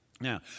Now